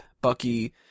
Bucky